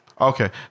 Okay